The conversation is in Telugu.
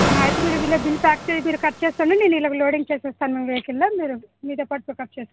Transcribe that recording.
ఆ అయితే మీరు ఈలోపు బిల్లు ప్యాక్ చెయ్ మీరు కట్ చేస్తుండండి నేను ఈలోగా లోడింగ్ చేసేస్తాను నేను ఈలోగా మీ వెహికల్లో మీరు మీతోపాటు పికప్ చేసుకోండి